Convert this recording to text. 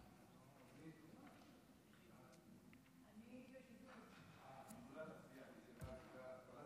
ההצעה להעביר את הצעת חוק לתיקון פקודת התעבורה (ריבית פיגורים